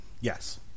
Yes